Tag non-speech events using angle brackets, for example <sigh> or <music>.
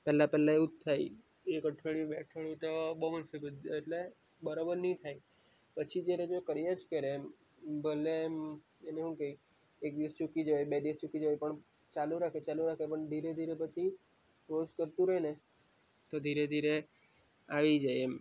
પહેલાં પહેલાં એવું જ થાય એક અઠવાડિયું બે અઠવાડિયું તો બહુ <unintelligible> એટલે બરોબર નહીં થાય પછી જ્યારે જો કર્યા જ કરે એમ ભલે એને હું કે એક દિવસ ચૂકી જવાય બે દિવસ ચૂકી જવાય પણ ચાલુ રાખે ચાલુ રાખે પણ ધીરે ધીરે પછી રોજ કરતું રહેને તો ધીરે ધીરે આવી જાય એમ